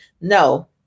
no